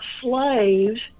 slaves